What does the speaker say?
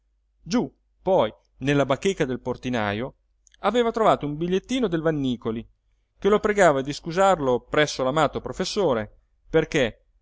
giú poi nella bacheca del portinajo aveva trovato un bigliettino del vannícoli che lo pregava di scusarlo presso l'amato professore perché